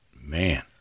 Man